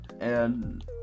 And-